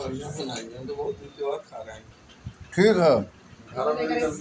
जायफल गरम मसाला में आवेला इ देखला में सुपारी जइसन होला